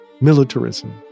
militarism